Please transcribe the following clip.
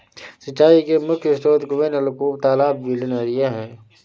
सिंचाई के मुख्य स्रोत कुएँ, नलकूप, तालाब, झीलें, नदियाँ हैं